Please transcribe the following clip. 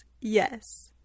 Yes